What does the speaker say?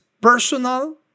personal